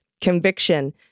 conviction